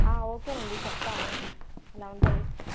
okay అండి చెప్తాము ఇలా ఉంటుంది